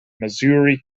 missouri